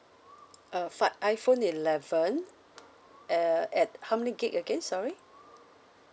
uh fi~ iphone eleven uh at how many gig again sorry